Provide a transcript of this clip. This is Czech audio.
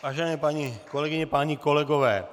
Vážené paní kolegyně, páni kolegové.